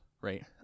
right